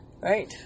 Right